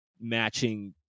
matching